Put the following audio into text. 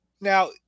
Now